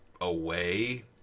away